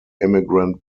immigrant